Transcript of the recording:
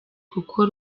kuko